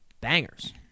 bangers